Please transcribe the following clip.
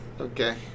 Okay